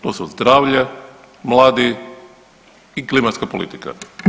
To su zdravlje, mladi i klimatska politika.